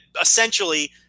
essentially